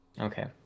okay